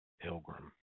pilgrim